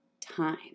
time